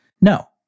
No